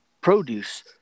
produce